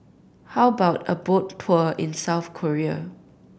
how about a boat tour in South Korea